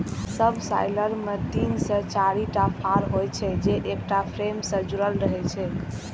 subsoiler मे तीन से चारिटा फाड़ होइ छै, जे एकटा फ्रेम सं जुड़ल रहै छै